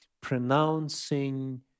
pronouncing